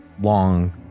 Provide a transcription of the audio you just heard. long